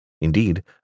Indeed